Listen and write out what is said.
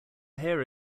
hair